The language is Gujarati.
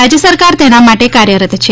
રાજ્ય સરકાર તેના માટે કાર્યરત છે